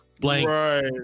blank